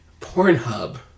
Pornhub